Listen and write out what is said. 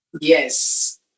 Yes